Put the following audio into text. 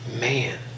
Man